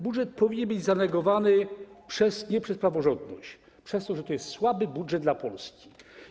Budżet powinien być zanegowany nie przez praworządność, ale przez to, że to jest słaby budżet dla Polski.